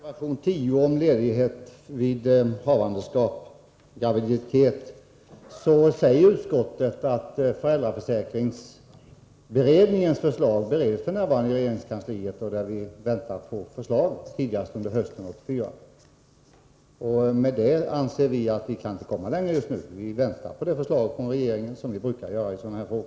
Herr talman! Beträffande ledighet vid havandeskap säger utskottet att föräldraförsäkringsberedningens förslag f.n. bereds i regeringskansliet. Vi väntar förslaget tidigast under hösten 1984. Med detta anser vi att vi inte kan komma längre nu. Vi väntar på regeringens förslag, som vi brukar göra i sådana här frågor.